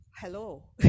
Hello